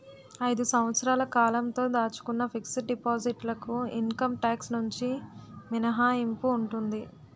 ఐదు సంవత్సరాల కాలంతో దాచుకున్న ఫిక్స్ డిపాజిట్ లకు ఇన్కమ్ టాక్స్ నుంచి మినహాయింపు ఉంటుంది